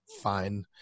fine